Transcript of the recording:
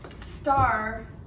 Star